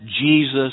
Jesus